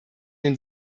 den